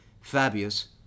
Fabius